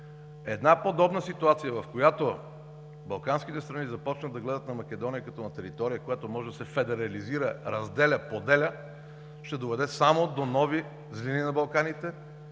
Една подобна ситуация, в която балканските страни започват да гледат на Македония като на територия, която може да се федерализира, разделя, поделя ще доведе само до нови злини на Балканите,